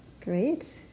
Great